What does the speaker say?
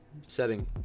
setting